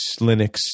Linux